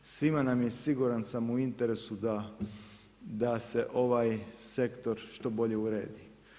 Svima nam je sigurno u interesu da se ovaj sektor što bolje uredi.